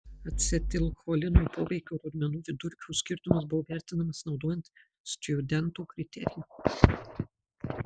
acetilcholino poveikio rodmenų vidurkių skirtumas buvo vertinamas naudojant stjudento kriterijų